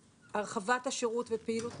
ועדת הכלכלה מפקחת על פעילות